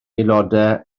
aelodau